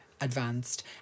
advanced